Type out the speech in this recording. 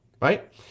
right